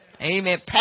Amen